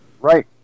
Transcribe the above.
Right